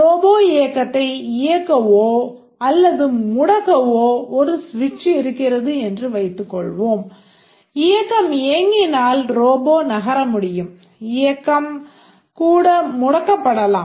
Robot இயக்கத்தை இயக்கவோ அல்லது முடக்கவோ ஒரு switch இருக்கிறது என்று வைத்துக் கொள்வோம் இயக்கம் இயங்கினால் Robot நகர முடியும் இயக்கம் கூட முடக்கப்படலாம்